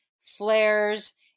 flares